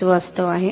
तेच वास्तव आहे